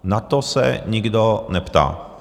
Na to se nikdo neptá.